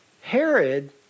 Herod